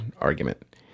argument